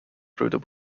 through